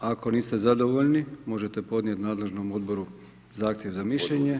Ako niste zadovoljni možete podnijet nadležnom odboru zahtjev za mišljenje.